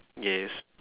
yes